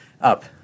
up